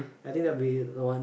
I think that'll be the one